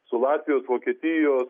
su latvijos vokietijos